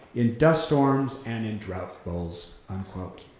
in dust storms and in drought bowls, unquote.